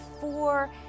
four